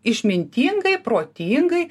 išmintingai protingai